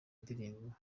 ndirimbo